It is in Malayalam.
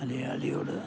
മലയാളിയോട്